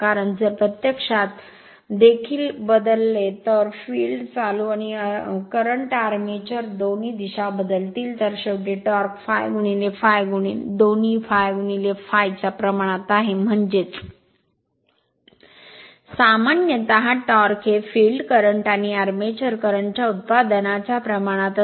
कारण जर प्रत्यक्षात देखील बदलले तर फील्ड चालू आणि वर्तमान आर्मेचर दोन्ही दिशा बदलतील तर शेवटी टॉर्क ∅∅ दोन्ही ∅∅ च्या प्रमाणात आहे म्हणजेच सामान्यत टॉर्क हे फील्ड करंट आणि आर्मेचर करंट च्या उत्पादनाच्या प्रमाणात असते